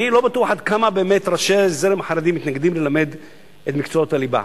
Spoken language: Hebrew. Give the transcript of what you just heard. אני לא בטוח עד כמה באמת ראשי הזרם החרדי מתנגדים ללימוד מקצועות הליבה.